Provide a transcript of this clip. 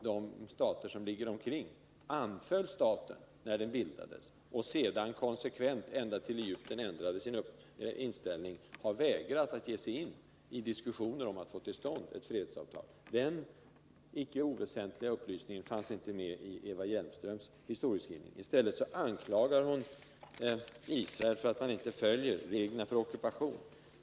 De stater som ligger intill anföll däremot staten Israel när den bildades, och har sedan konsekvent, ända tills Egypten ändrade sin inställning, vägrat att ge sig in i diskussioner för att få till stånd ett fredsavtal. Den icke oväsentliga upplysningen fanns inte med i Eva Hjelmströms historieskrivning. I stället anklagar hon Israel för att man inte följer reglerna för ockupation.